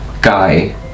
guy